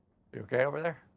you okay over there?